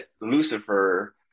Lucifer